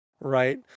right